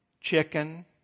chicken